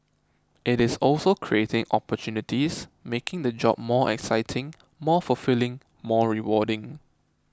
it is also creating opportunities making the job more exciting more fulfilling more rewarding